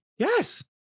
Yes